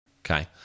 Okay